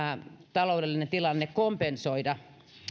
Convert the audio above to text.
taloudellinen tilanne piti kompensoida